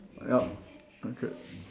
yup okay